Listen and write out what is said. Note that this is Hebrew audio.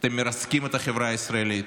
אתם מרסקים את החברה הישראלית,